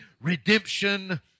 redemption